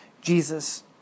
Jesus